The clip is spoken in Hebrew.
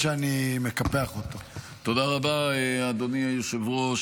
תודה רבה, אדוני היושב-ראש.